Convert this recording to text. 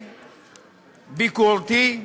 ביקורתי,